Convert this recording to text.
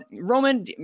Roman